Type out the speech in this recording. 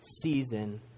season